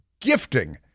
gifting